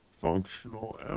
Functional